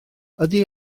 ydy